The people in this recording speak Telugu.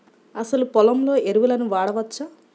అసలు పొలంలో ఎరువులను వాడవచ్చా?